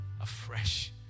afresh